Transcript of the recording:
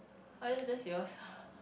uh yeah that's yours